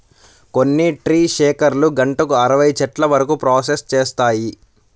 కొన్ని ట్రీ షేకర్లు గంటకు అరవై చెట్ల వరకు ప్రాసెస్ చేస్తాయి